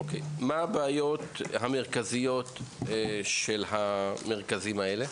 מה הבעיות המרכזיות של המרכזים האלה?